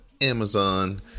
Amazon